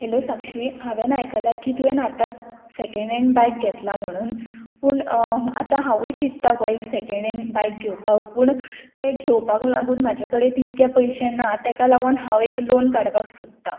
hello Sakshi हांवेन आयकलां की तुवें आतांच सेकेंड हँड बायक घेतलां म्हणून पूण आतां हांवूय चित्ता गो एक सेकेंड हँड बायक घेवपाक पूण तें घेवपाक लागून म्हाजे कडेन तितके पयशे ना तेका लागोन हांव एक लोन काडपाक सोदतां